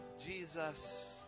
Jesus